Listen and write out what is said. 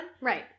Right